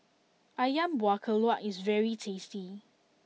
Ayam Buah Keluak is very tasty